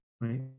right